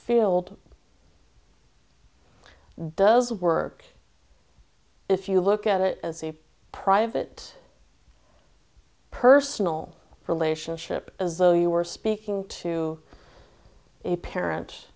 field does work if you look at it as a private personal relationship as though you were speaking to a parent